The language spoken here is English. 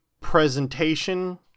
presentation